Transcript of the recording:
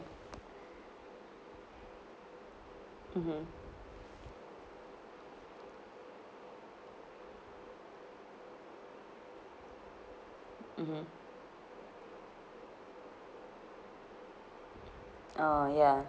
mmhmm mmhmm oh ya